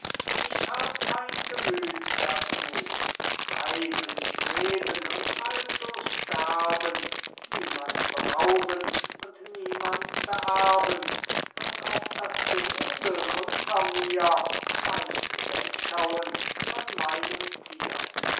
ich hab kein gemüt dazu frei will ich leben und also sterben niemand berauben und niemand beerben und auf das gehudel unter mir leicht wegschauen von meinem tier